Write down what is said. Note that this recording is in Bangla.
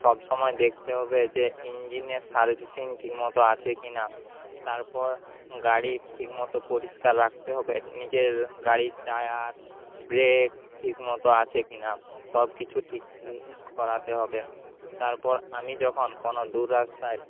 সবসময় দেখতে হবে যে ইঞ্জিনের সার্ভিসিং ঠিক মতো আছে কি না তারপর গাড়ি ঠিক মতো পরিষ্কার রাখতে হবে নিজের গাড়ির টায়ার ব্রেক ঠিক মতো আছে কি না সব কিছু ঠিক করাতে হবে তারপর আমি যখন কোনো দূর রাস্তায়